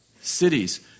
cities